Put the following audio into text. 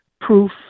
proof